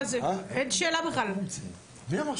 לבוא ולפתור לראשי הרשויות דילמה שהיא מראש